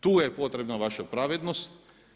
Tu je potrebna vaša pravednost.